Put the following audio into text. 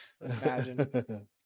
Imagine